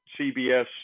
CBS